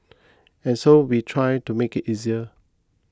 and so we try to make it easier